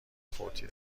فوتی